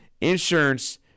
Insurance